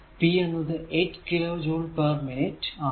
P എന്നത് 8 kilo joule per minute ആണ്